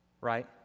right